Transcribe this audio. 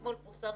אתמול פורסם